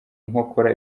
nkokora